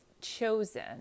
chosen